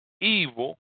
evil